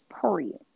Period